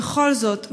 בכל זאת,